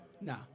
No